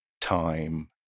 time